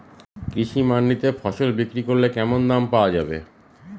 কৃষি মান্ডিতে ফসল বিক্রি করলে কেমন দাম পাওয়া যাবে?